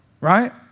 Right